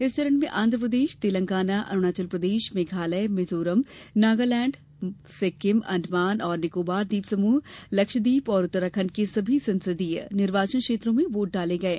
इस चरण में आंध्र प्रदेश तेलंगाना अरूणाचल प्रदेश मेघालय मिजोरम नागालेंड सिक्किम अंडमान और निकोबार द्वीप समूह लक्षदीप और उत्तराखंड के सभी संसदीय निर्वाचन क्षेत्रों में वोट डाले गये